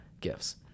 gifts